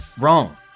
wrong